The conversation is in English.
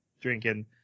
drinking